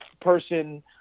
person